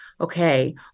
okay